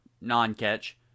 Non-catch